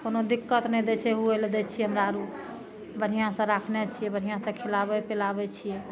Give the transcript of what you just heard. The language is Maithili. कोनो दिक्कत नहि दै छै हुए लए दै छियै हमरा आरु बढ़िऑं सऽ राखने छियै बढ़िऑं सए खिलाबै पिलाबै छियै